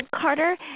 Carter